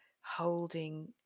holding